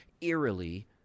eerily